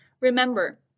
Remember